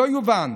שלא יובן,